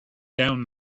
down